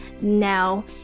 Now